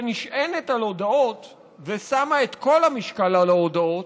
שנשענת על הודאות ושמה את כל המשקל על ההודאות,